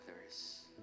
others